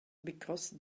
because